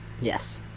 yes